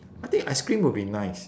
I think ice cream would be nice